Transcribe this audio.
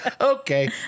Okay